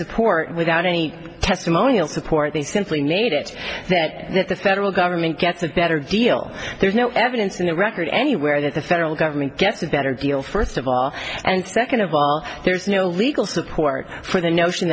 support without any testimonial support they simply made it that the federal government gets a better deal there's no evidence in a record anywhere that the federal government gets a better deal first of all and second of all there's no legal support for the notion